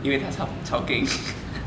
因为他他 chao keng